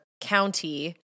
county